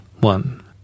one